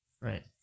Right